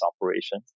operation